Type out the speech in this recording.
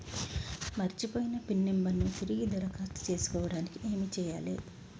మర్చిపోయిన PIN number ను తిరిగి దరఖాస్తు చేసుకోవడానికి ఏమి చేయాలే?